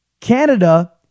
Canada